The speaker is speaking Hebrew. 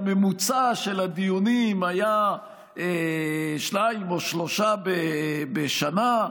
ממוצע הדיונים היה שניים או שלושה בשנה,